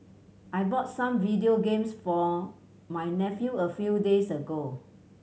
I bought some video games for my nephew a few days ago